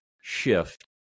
shift